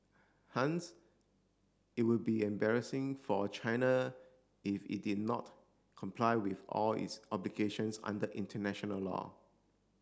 hence it would be embarrassing for China if it did not comply with all its obligations under international law